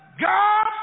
God